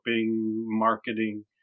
marketing